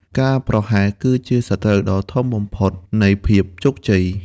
ការប្រហែសគឺជាសត្រូវដ៏ធំបំផុតនៃភាពជោគជ័យ។